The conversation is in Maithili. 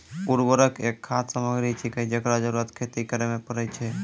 उर्वरक एक खाद सामग्री छिकै, जेकरो जरूरत खेती करै म परै छै